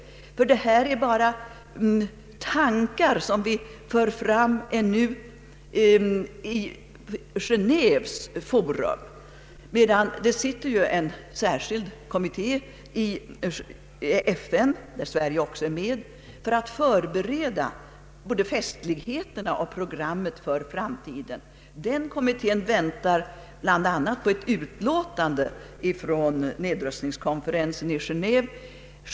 Ännu är det härvidlag bara fråga om tankar som vi för fram inför Genéves forum. En särskild kommitté i FN — där Sverige också är med — förbereder både festligheterna och programmet för FN:s framtida verksamhet. Denna kommitté väntar bl.a. på ett utlåtande från nedrustningskonferensen i Genéve.